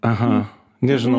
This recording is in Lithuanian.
aha nežinau